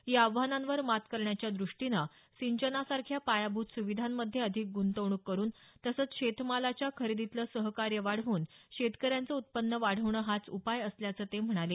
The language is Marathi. या आव्हानांवर मात करण्याच्या द्रष्टीनं सिंचनासारख्या पायाभूत सुविधांमध्ये अधिक गुंतवणूक करून तसंच शेतमालाच्या खरेदीतलं सहकार्य वाढवून शेतकऱ्यांचं उत्पन्न वाढवणं हाच उपाय असल्याचं ते म्हणाले